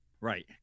Right